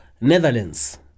Netherlands